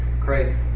Christ